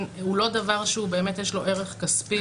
הוא לא דבר שהוא באמת בעל ערך כספי,